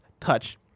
touch